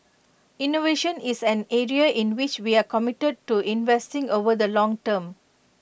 innovation is an area in which we are committed to investing over the long term